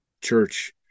Church